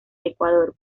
ecuador